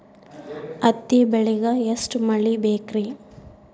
ಹತ್ತಿ ಬೆಳಿಗ ಎಷ್ಟ ಮಳಿ ಬೇಕ್ ರಿ?